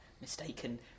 mistaken